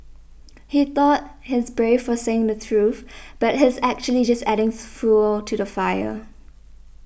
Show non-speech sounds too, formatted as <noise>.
he thought he's brave for saying the truth but he's actually just adding <unintelligible> fuel to the fire